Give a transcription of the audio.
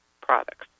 products